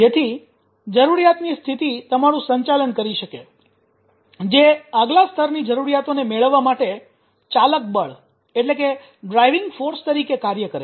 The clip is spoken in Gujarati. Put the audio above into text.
જેથી જરૂરિયાતની સ્થિતિ તમારું સંચાલન કરી શકે જે આગલા સ્તરની જરૂરિયાતોને મેળવવા માટે ચાલક બળ તરીકે કાર્ય કરે